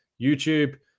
YouTube